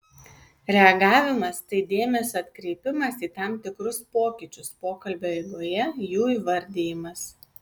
reagavimas tai dėmesio atkreipimas į tam tikrus pokyčius pokalbio eigoje jų įvardijimas